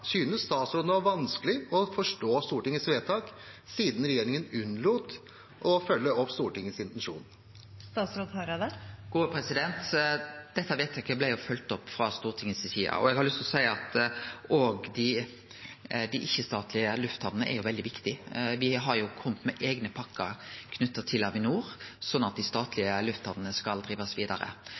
Synes statsråden at det var vanskelig å forstå Stortingets vedtak, siden regjeringen unnlot å følge opp Stortingets intensjon? Dette vedtaket blei jo følgt opp frå Stortinget si side. Eg har lyst til å seie at òg dei ikkje-statlege lufthamnene er veldig viktige, og me har kome med eigne pakkar knytte til Avinor, slik at dei statlege lufthamnene skal kunne drivast vidare.